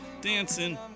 dancing